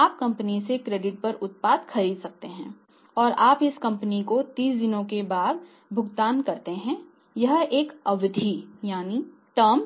आप कंपनी से क्रेडिट पर उत्पाद खरीदते हैं और आप इस कंपनी को 30 दिनों के बाद भुगतान करते हैं यह एक अवधि है